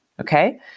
Okay